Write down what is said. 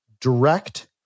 direct